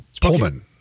Pullman